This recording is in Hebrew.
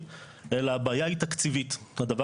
אלא בתור